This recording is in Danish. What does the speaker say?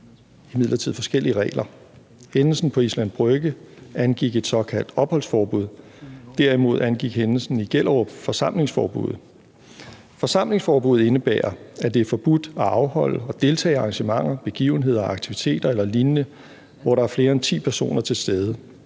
imidlertid forskellige regler. Hændelsen på Islands Brygge angik et såkaldt opholdsforbud – derimod angik hændelsen i Gellerup forsamlingsforbuddet. Forsamlingsforbuddet indebærer, at det er forbudt at afholde og deltage i arrangementer, begivenheder og aktiviteter eller lignende, hvor der er flere end ti personer til stede,